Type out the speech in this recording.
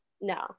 No